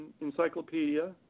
Encyclopedia